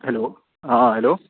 hello ہاں hello